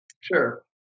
Sure